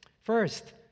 first